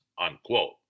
unquote